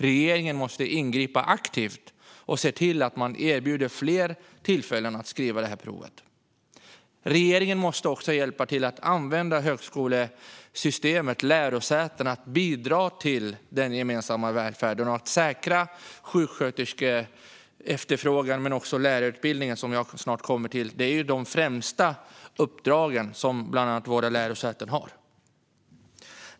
Regeringen måste ingripa aktivt och se till att man erbjuder fler tillfällen att skriva provet. Regeringen måste också hjälpa till med att använda högskolesystemet, lärosätena, till att bidra till den gemensamma välfärden. Det handlar om att säkra efterfrågan på utbildade sjuksköterskor och lärare. Det är de främsta uppdragen som våra lärosäten har.